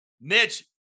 Mitch